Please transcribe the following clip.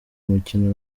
umukino